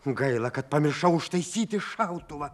gaila kad pamiršau užtaisyti šautuvą